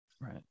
Right